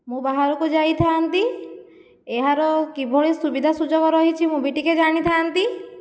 ମୁଁ ବାହାରକୁ ଯାଇଥାନ୍ତି ଏହାର କିଭଳି ସୁବିଧା ସୁଯୋଗ ରହିଛି ମୁଁ ବି ଟିକିଏ ଜାଣିଥାନ୍ତି